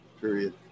period